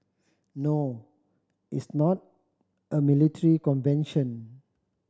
no it's not a military convention